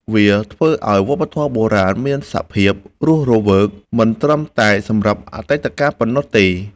វាធ្វើឲ្យវប្បធម៌បុរាណមានសភាពរស់រវើក មិនត្រឹមតែសម្រាប់អតីតកាលប៉ុណ្ណោះទេ